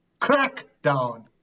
Crackdown